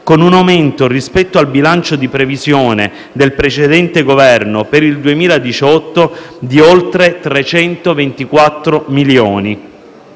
con un aumento rispetto al bilancio di previsione del precedente Governo per il 2018 di oltre 324 milioni.